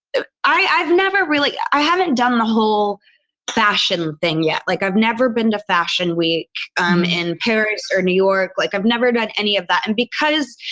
i've never really. i haven't done the whole fashion thing yet. like i've never been to fashion week um in paris or new york, like i've never done any of that, and because,